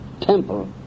temple